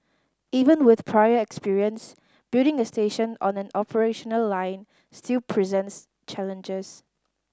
even with prior experience building a station on an operational line still presents challenges